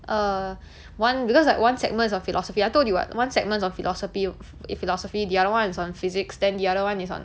err one because like one segment is on philosophy I told you [what] one segment of philosophy philosophy the other one is on physics then the other one is on